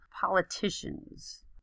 politicians